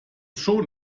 schon